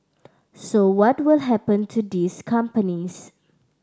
so what will happen to these companies